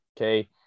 Okay